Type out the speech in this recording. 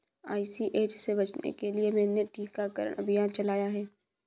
ICH से बचने के लिए मैंने टीकाकरण अभियान चलाया है